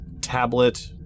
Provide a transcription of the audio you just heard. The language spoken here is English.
tablet